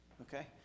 Okay